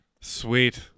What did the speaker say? Sweet